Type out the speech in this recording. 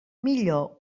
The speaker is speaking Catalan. millor